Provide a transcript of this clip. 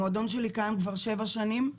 המועדון שלי קיים כבר שבע שנים.